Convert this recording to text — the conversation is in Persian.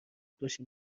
باشین